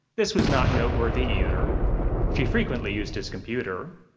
this was not noteworthy, either she frequently used his computer.